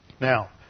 Now